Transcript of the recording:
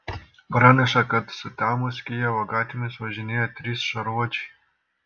praneša kad sutemus kijevo gatvėmis važinėja trys šarvuočiai